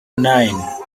nine